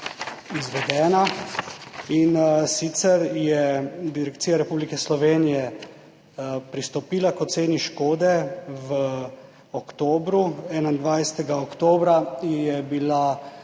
izvedena, in sicer je Direkcija Republike Slovenije pristopila k oceni škode v oktobru. 21. oktobra so bile